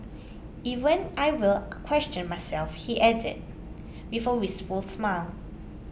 even I will question myself he added wistful smile